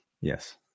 Yes